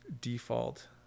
default